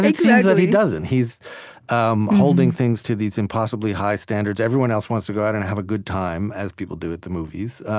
it seems that he doesn't. he's um holding things to these impossibly high standards. everyone else wants to go out and have a good time, as people do at the movies,